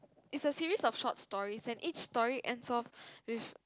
it's a series of short stories and each story ends of with a